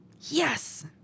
Yes